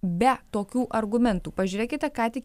be tokių argumentų pažiūrėkite ką tik